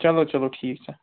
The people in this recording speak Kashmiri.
چَلو چَلو ٹھیٖک چھےٚ